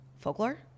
Folklore